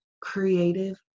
creative